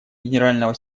генерального